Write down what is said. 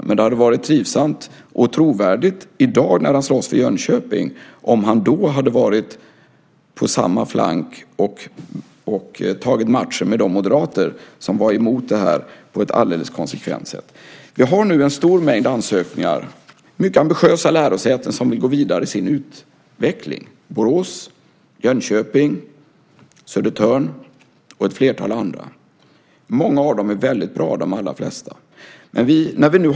Men det hade varit trivsamt och trovärdigt i dag, när han slåss för Jönköping, om han då hade varit på samma flank som vi och tagit matcher med de moderater som var emot det här på ett alldeles konsekvent sätt. Vi har nu en stor mängd ansökningar från mycket ambitiösa lärosäten som vill gå vidare i sin utveckling - Borås, Jönköping, Södertörn och ett flertal andra. Många av dem - de allra flesta - är väldigt bra.